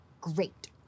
Great